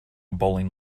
bowling